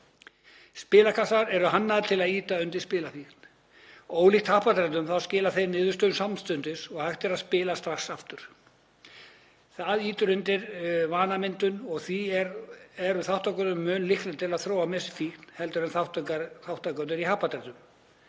Spilakassar eru hannaðir til að ýta undir spilafíkn. Ólíkt happdrættum þá skila þeir niðurstöðu samstundis og hægt er að spila strax aftur. Það ýtir undir vanamyndun og því eru þátttakendur mun líklegri til að þróa með sér fíkn heldur en þátttakendur í happdrættum.